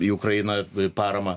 į ukrainą paramą